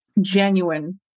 genuine